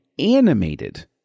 animated